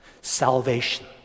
Salvation